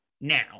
Now